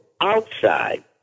outside